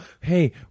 hey